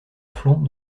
flanc